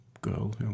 girl